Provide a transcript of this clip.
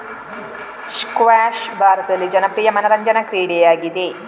squash ಭಾರತದಲ್ಲಿ ಜನಪ್ರಿಯ ಮನರಂಜನಾ ಕ್ರೀಡೆಯಾಗಿದೆ